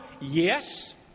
Yes